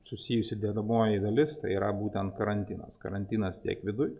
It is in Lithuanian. susijusi dedamoji dalis tai yra būtent karantinas karantinas tiek viduj